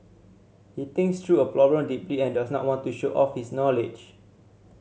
he thinks through a problem deeply and does not want to show off his knowledge